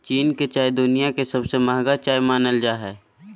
चीन के चाय दुनिया के सबसे महंगा चाय मानल जा हय